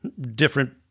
different